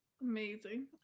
Amazing